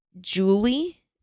julie